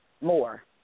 more